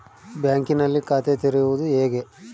ಬ್ಯಾಂಕಿನಲ್ಲಿ ಖಾತೆ ತೆರೆಯುವುದು ಹೇಗೆ?